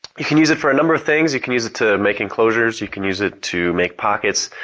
you can use it for a number of things. you can use it to make enclosures, you can use it to make pockets